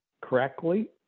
correctly